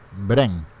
Bren